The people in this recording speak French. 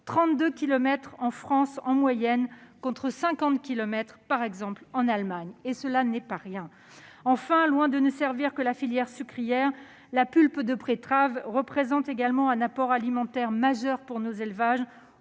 en France en moyenne contre 50 kilomètres en Allemagne ; cela n'est pas rien. Enfin, loin de ne servir que la filière sucrière, la pulpe de betterave représente également un apport alimentaire majeur pour nos élevages